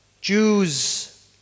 Jews